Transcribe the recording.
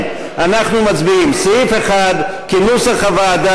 אני קובע כי גם הסתייגות מס' 54 לא התקבלה.